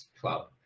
club